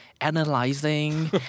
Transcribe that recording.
analyzing